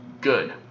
good